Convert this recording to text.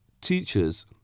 teachers